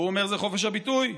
והוא אומר: זה חופש הביטוי.